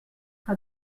que